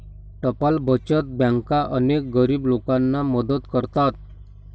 टपाल बचत बँका अनेक गरीब लोकांना मदत करतात